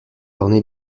orné